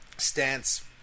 stance